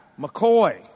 McCoy